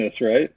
right